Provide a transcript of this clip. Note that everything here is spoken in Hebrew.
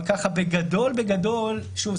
אבל בגדול בגדול - שוב,